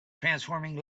transforming